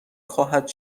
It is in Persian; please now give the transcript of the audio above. خواهد